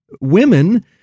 women